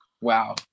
wow